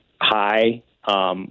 high